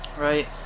right